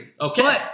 Okay